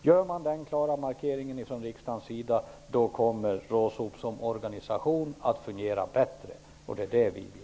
Gör riksdagen den klara markeringen, kommer RÅSOP såsom organisation att fungera bättre, vilket vi vill.